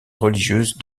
religieuse